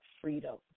freedom